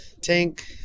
tank